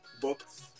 books